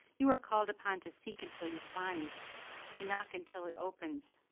you are called upon to seek until you find to knock until it opens,